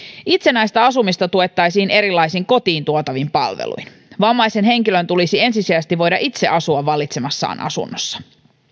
itsenäistä asumista tuettaisiin erilaisin kotiin tuotavin palveluin vammaisen henkilön tulisi ensisijaisesti voida asua itse valitsemassaan asunnossa